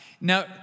Now